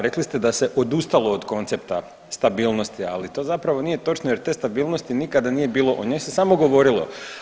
Rekli ste da se odustalo od koncepta stabilnosti, ali to zapravo nije točno jer te stabilnosti nikada nije bilo, o njoj se samo govorilo.